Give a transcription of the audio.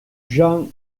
jean